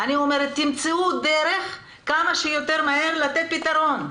תמצאו דרך כמה שיותר מהר לתת פתרון.